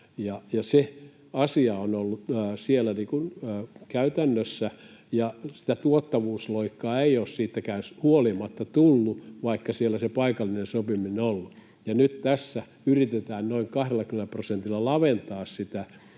Se asia on ollut siellä käytännössä, ja sitä tuottavuusloikkaa ei ole siitäkään huolimatta tullut, vaikka siellä se paikallinen sopiminen on ollut. Ja nyt tässä yritetään noin 20 prosentilla laventaa sitä